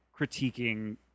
critiquing